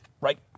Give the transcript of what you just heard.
right